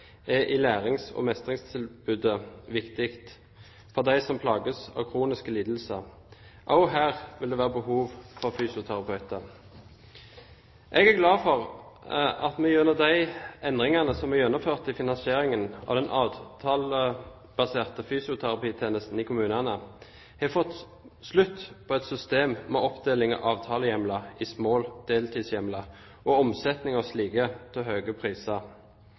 i lærings- og mestringstilbudet viktig for dem som plages av kroniske lidelser. Også her vil det være behov for fysioterapeuter. Jeg er glad for at vi gjennom de endringer som er gjennomført i finansieringen av den avtalebaserte fysioterapitjenesten i kommunene, har fått slutt på et system med oppdeling av avtalehjemler i små deltidshjemler og omsetning av slike til høye priser.